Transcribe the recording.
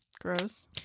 Gross